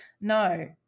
no